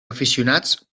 aficionats